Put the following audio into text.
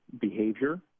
behavior